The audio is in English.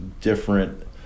different